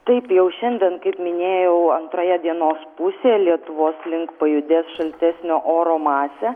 taip jau šiandien kaip minėjau antroje dienos pusėje lietuvos link pajudės šaltesnio oro masė